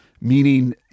meaning